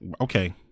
Okay